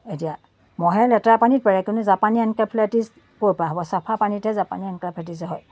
এতিয়া মহে লেতেৰা পানীত পাৰে কিন্তু জাপানীজ এনক্লেফাইটিচ ক'ৰ পৰা হ'ব চাফা পানীতহে জাপানী এনক্লেফাইটিচ হয়